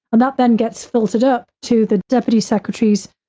and that then gets filtered up to the deputy secretaries.